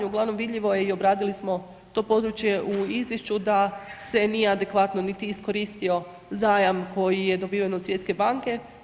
Uglavnom vidljivo je i obradili smo to područje u izvješću da se nije niti adekvatno niti iskoristio zajam koji je dobiven od Svjetske banke.